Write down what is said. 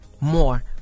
more